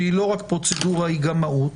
שהיא לא רק פרוצדורה, היא גם מהות,